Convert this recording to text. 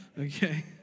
okay